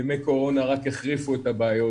וימי קורונה רק החריפו את הבעיות.